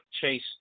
chase